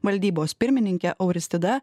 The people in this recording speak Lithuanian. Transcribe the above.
valdybos pirmininke auristida